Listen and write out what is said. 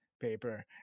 paper